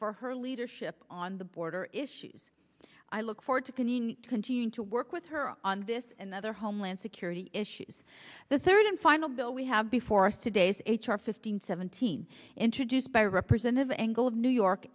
for her leadership on the border issues i look forward to coming continuing to work with her on this and other homeland security issues the third and final bill we have before today's h r fifteen seventeen introduced by representative angle of new york